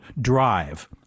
Drive